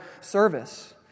service